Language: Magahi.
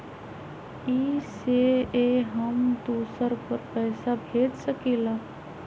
इ सेऐ हम दुसर पर पैसा भेज सकील?